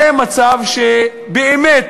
זה מצב שבאמת,